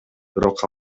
бирок